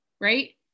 Right